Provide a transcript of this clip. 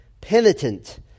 Penitent